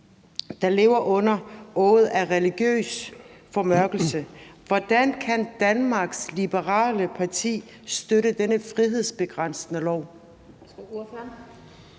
der lever under åget af religiøs formørkelse. Hvordan kan Danmarks Liberale Parti støtte denne frihedsbegrænsende lov?